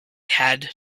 had